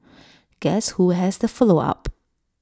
guess who has to follow up